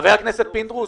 חבר הכנסת פינדרוס,